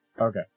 Okay